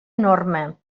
enorme